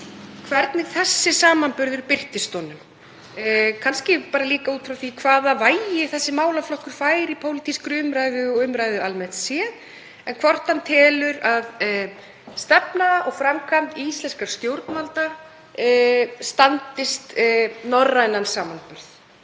hvernig þessi samanburður birtist honum, kannski líka út frá því hvaða vægi þessi málaflokkur fær í pólitískri umræðu og umræðu almennt séð. Telur hann að stefna og framkvæmd íslenskra stjórnvalda standist norrænan samanburð?